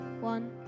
one